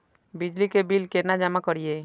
बिजली के बिल केना जमा करिए?